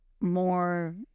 more